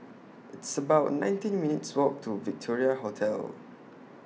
It's about nineteen minutes' Walk to Victoria Hotel